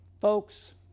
Folks